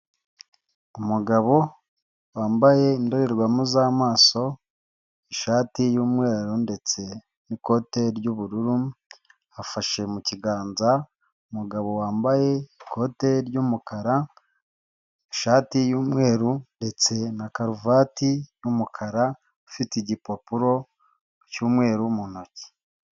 Umugabo wambaye indorerwamo z'amaso, ishati y'umweru ndetse n'ikote ry'ubururu, afashe mu kiganza, umugabo wambaye ikote ry'umukara, ishati y'umweru, ndetse na karuvati y'umukara, ufite igipapuro cy'umweru mu ntoki.